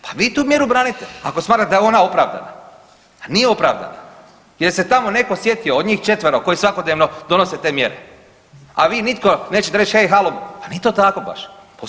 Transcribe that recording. Pa vi tu mjeru branite ako smatrate da je ona opravdana, a nije opravdana jer se tamo netko sjetio od njih četvero koje svakodnevno donose te mjere, a vi nitko nećete reći, hej halo pa nije to tako baš.